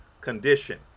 condition